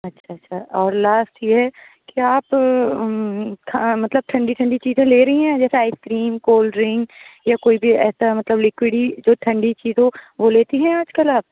اچھا اچھا اور لاسٹ یہ ہے کہ آپ مطلب ٹھنڈی ٹھنڈی چیزیں لے رہی ہیں جیسے آئیس کریم کولڈ ڈرنک یا کوئی بھی ایسا مطلب لکویڈلی جو ٹھنڈی چیز ہو وہ لیتی ہیں آج کل آپ